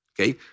okay